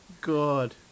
God